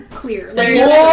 clear